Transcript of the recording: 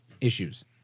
issues